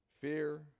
Fear